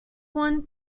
one